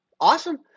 Awesome